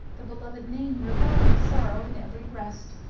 the beloved name revived the sorrow in every breast.